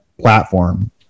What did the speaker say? platform